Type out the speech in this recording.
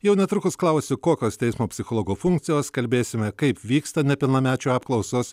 jau netrukus klausiu kokios teismo psichologo funkcijos kalbėsime kaip vyksta nepilnamečių apklausos